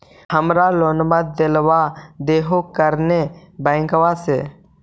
हमरा लोनवा देलवा देहो करने बैंकवा से?